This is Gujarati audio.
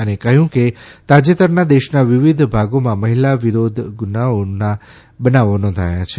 અને કહ્યું કે તાજેતરના દેશના વિવિધ ભાગોમાંથી મહિલા વિરોધ ગુનાઓ ના બનાવો નોંધાયા છે